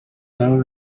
lado